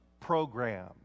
program